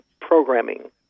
programming